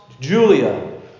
Julia